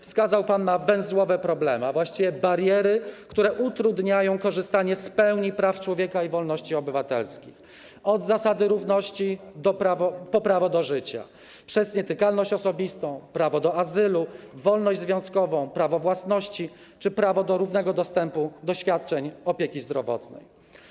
Wskazał pan na węzłowe problemy, a właściwie bariery, które utrudniają korzystanie z pełni praw człowieka i wolności obywatelskich: od zasady równości po prawo do życia, przez nietykalność osobistą, prawo do azylu, wolność związkową, prawo własności czy prawo do równego dostępu do świadczeń opieki zdrowotnej.